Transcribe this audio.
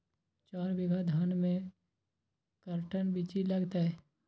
चार बीघा में धन के कर्टन बिच्ची लगतै?